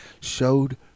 showed